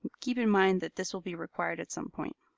keep in mind that this will be required at some point.